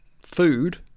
food